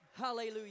hallelujah